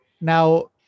Now